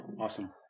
Awesome